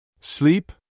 Sleep